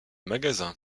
magasins